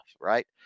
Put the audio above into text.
right